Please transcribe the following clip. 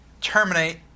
Terminate